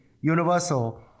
Universal